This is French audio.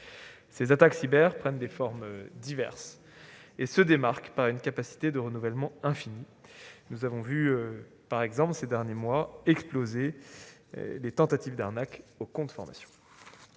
Les attaques cyber prennent des formes diverses et se démarquent par une capacité de renouvellement infinie. Nous avons par exemple vu exploser ces derniers mois le nombre des tentatives d'arnaque au compte formation.